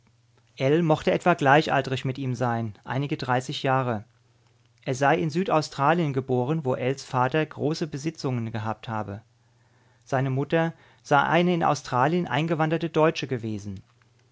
mochte etwa gleichaltrig mit ihm sein einige dreißig jahre er sei in südaustralien geboren wo ells vater große besitzungen gehabt habe seine mutter sei eine in australien eingewanderte deutsche gewesen